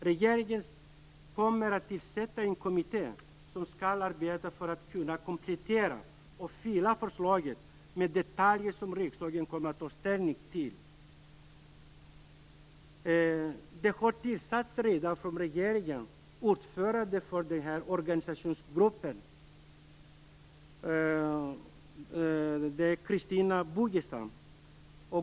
Regeringen kommer att tillsätta en kommitté som skall arbeta för att kunna komplettera och fylla förslaget med detaljer som riksdagen kommer att ta ställning till. Regeringen har redan tillsatt en ordförande för organisationsgruppen, Christina Rogestam.